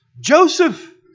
Joseph